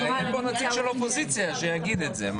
אבל איפה הנציג של האופוזיציה שיגיד את זה?